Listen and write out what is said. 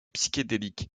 psychédélique